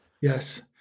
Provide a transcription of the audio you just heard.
Yes